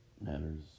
matters